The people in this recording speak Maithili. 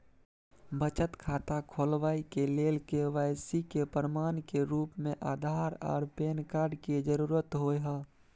बचत खाता खोलाबय के लेल के.वाइ.सी के प्रमाण के रूप में आधार आर पैन कार्ड के जरुरत होय हय